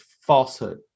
falsehood